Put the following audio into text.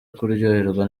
kuryoherwa